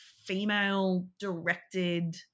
female-directed